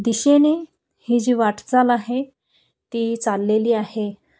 दिशेने ही जी वाट चाल आहे ती चाललेली आहे आणि